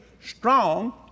strong